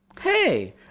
Hey